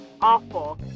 awful